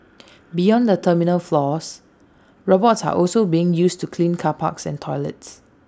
beyond the terminal floors robots are also being used to clean car parks and toilets